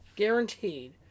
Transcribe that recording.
Guaranteed